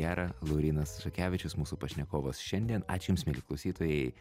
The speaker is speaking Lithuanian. gera laurynas šukevičius mūsų pašnekovas šiandien ačiū jums mieli klausytojai